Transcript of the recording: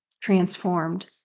transformed